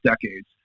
decades